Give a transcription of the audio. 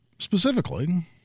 Specifically